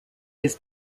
his